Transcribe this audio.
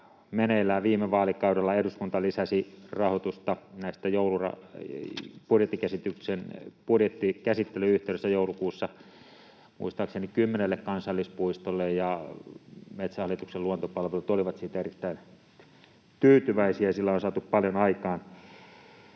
meneillään. Viime vaalikaudella eduskunta lisäsi rahoitusta budjettikäsittelyn yhteydessä joulukuussa muistaakseni kymmenelle kansallispuistolle, ja Metsähallituksen luontopalvelut oli siitä erittäin tyytyväinen, ja sillä on saatu paljon aikaan.